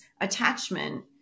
attachment